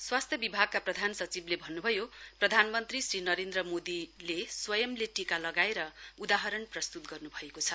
स्वास्थ्य विभागका प्रधान सचिवले भन्न्भयो प्रधानमन्त्री श्री नरेन्द्र मोदीले स्वयंले टीका लगाएर उदाहरण प्रस्तुत गर्नु भएको छ